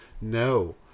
No